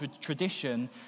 tradition